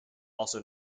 also